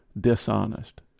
dishonest